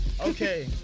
Okay